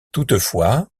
toutefois